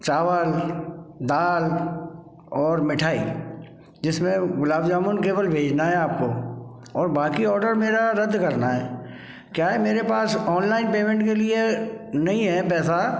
चावल दाल और मिठाई जिसमें गुलाब जामुन केवल भेजना है आपको और बाकी ऑर्डर मेरा रद्द करना है क्या है मेरे पास ऑनलाइन पेमेंट के लिए नहीं है पैसा